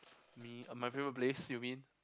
me uh my favourite place you mean